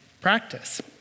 practice